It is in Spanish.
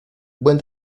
buen